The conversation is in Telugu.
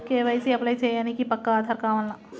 కే.వై.సీ అప్లై చేయనీకి పక్కా ఆధార్ కావాల్నా?